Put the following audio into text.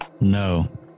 No